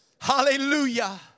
Hallelujah